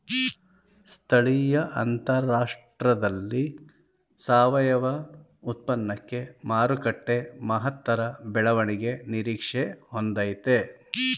ಸ್ಥಳೀಯ ಅಂತಾರಾಷ್ಟ್ರದಲ್ಲಿ ಸಾವಯವ ಉತ್ಪನ್ನಕ್ಕೆ ಮಾರುಕಟ್ಟೆ ಮಹತ್ತರ ಬೆಳವಣಿಗೆ ನಿರೀಕ್ಷೆ ಹೊಂದಯ್ತೆ